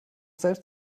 selbst